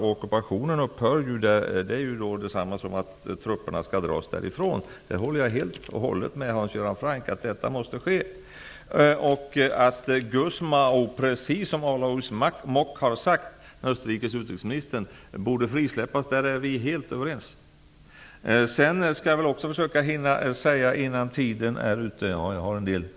Om ockupationen upphör, innebär det ju att trupperna dras därifrån. Att detta måste ske håller jag helt och hållet med Hans Göran Franck om. Att Gusmao, precis som den österrikiske utrikesministern Alois Mock har sagt, borde frisläppas är vi helt överens om.